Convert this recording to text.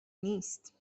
نیست